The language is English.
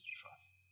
trust